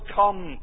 come